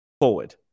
forward